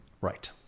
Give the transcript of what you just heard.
Right